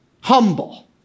humble